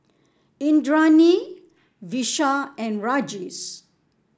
Indranee Vishal and Rajesh